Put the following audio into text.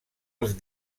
els